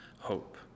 hope